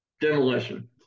demolition